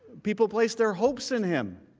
people placed their hopes in him.